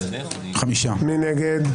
מי נגד?